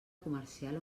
comercial